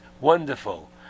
Wonderful